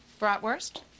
Bratwurst